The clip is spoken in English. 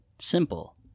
Simple